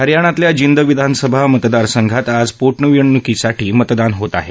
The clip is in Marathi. हरियाणातल्या जिंद विधानसभा मतदारसंघात आज पोटनिवडणुकीसाठी मतदान होत आहे